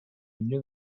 nie